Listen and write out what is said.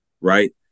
Right